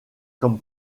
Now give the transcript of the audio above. comme